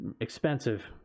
expensive